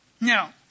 Now